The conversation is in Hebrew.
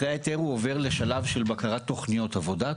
אחרי ההיתר הוא עובר לשלב של בקרת תוכניות עבודה,